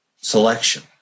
selection